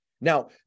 Now